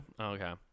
Okay